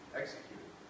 executed